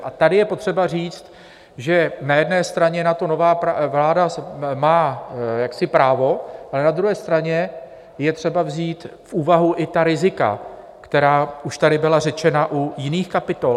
A tady je potřeba říct, že na jedné straně na to nová vláda má právo, ale na druhé straně je třeba vzít v úvahu i ta rizika, která už tady byla řečena u jiných kapitol.